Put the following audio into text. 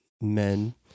men